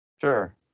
Sure